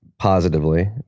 Positively